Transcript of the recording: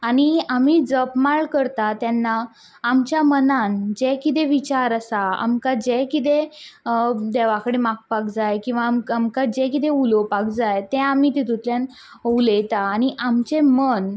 आनी आमी जपमाळ करता तेन्ना आमच्या मनान जें किदें विचार आसा आमकां जें किदें देवा कडेन मागपाक जाय वा आमकां जे किदें उलोवपाक जाय तें आनी तेतूंतल्यान उलयता आनी आमचें मन